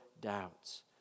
doubts